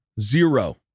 zero